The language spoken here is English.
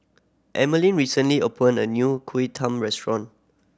Emeline recently opened a new Kuih Talam restaurant